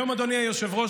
אדוני היושב-ראש,